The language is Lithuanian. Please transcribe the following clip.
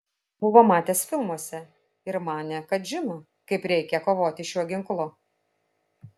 buvo matęs filmuose ir manė kad žino kaip reikia kovoti šiuo ginklu